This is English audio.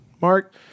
Mark